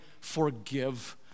forgive